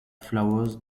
flowers